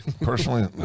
Personally